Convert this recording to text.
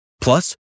Plus